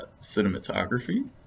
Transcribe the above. cinematography